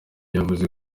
yavuze